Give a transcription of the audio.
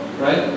right